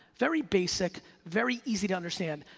very basic, very easy to understand,